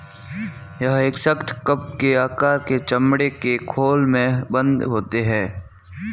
यह एक सख्त, कप के आकार के चमड़े के खोल में बन्द होते हैं